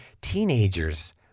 teenagers